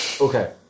Okay